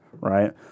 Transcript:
Right